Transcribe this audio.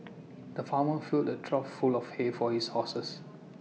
the farmer filled A trough full of hay for his horses